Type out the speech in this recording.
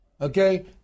Okay